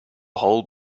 whole